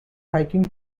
hiking